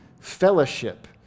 fellowship